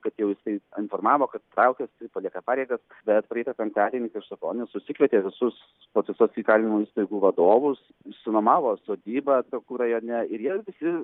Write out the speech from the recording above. kad jau jisai informavo kad traukiasi palieka pareigas bet praeitą penktadienį krištaponis susikvietė visus tuos visus įkalinimo įstaigų vadovus išsinuomavo sodybą trakų rajone ir jie visi